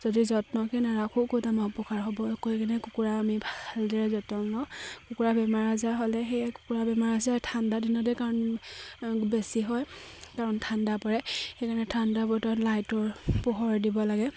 যদি যত্নকে নাৰাখো ক'ত আমাৰ উপকাৰ হ'ব সেইকাৰণে কুকুৰাৰ আমি ভালদৰে যত্ন লওঁ কুকুৰাৰ বেমাৰ আজাৰ হ'লে সেয়ে কুকুৰাৰ বেমাৰ আজাৰ ঠাণ্ডা দিনতে কাৰণ বেছি হয় কাৰণ ঠাণ্ডা পৰে সেইকাৰণে ঠাণ্ডা বতৰত লাইটৰ পোহৰ দিব লাগে